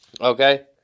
Okay